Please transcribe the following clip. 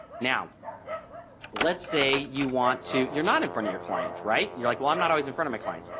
now let's say you want to. you're not in front your client right. you're like well i'm not always in front of my clients.